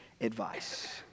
advice